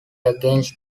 against